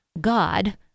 God